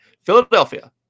philadelphia